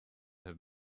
have